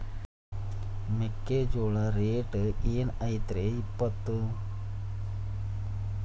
ಮೆಕ್ಕಿಜೋಳ ರೇಟ್ ಏನ್ ಐತ್ರೇ ಇಪ್ಪತ್ತು?